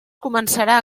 començarà